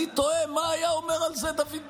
אני תוהה מה היה אומר על זה דוד בן-גוריון.